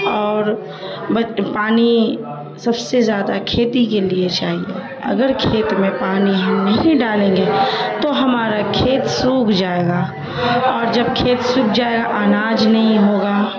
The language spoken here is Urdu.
اور پانی سب سے زیادہ کھیتی کے لیے چاہیے اگر کھیت میں پانی ہم نہیں ڈالیں گے تو ہمارا کھیت سوکھ جائے گا اور جب کھیت سوکھ جائے گا اناج نہیں ہوگا